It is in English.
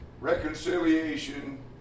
Reconciliation